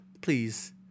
please